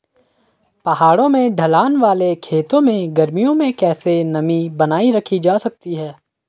पहाड़ों में ढलान वाले खेतों में गर्मियों में कैसे नमी बनायी रखी जा सकती है?